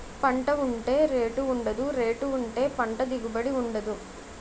పంట ఉంటే రేటు ఉండదు, రేటు ఉంటే పంట దిగుబడి ఉండదు